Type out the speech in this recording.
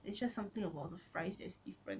it's just something about the fries that is different